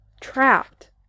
trapped